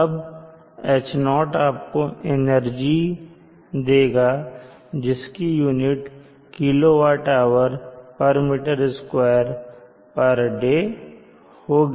अब H0 आपको energy ऊर्जा देगा जिसकी यूनिट kWhm2 day होगी